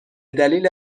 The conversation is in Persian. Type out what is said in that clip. دلیل